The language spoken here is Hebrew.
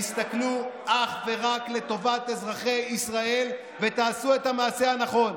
תסתכלו אך ורק על טובת אזרחי ישראל ותעשו את המעשה הנכון,